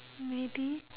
maybe